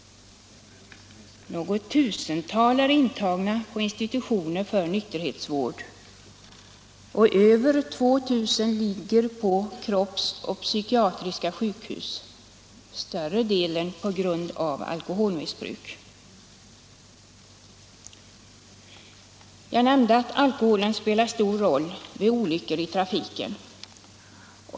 Något tusental är intagna på institutioner för nykterhetsvård, och över 2 000 ligger på kropps och psykiatriska sjukhus, större delen på grund av alkoholmissbruk. Jag nämnde att alkoholen spelar stor roll vid olyckor i trafiken.